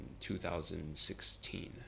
2016